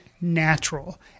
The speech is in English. natural